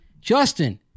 Justin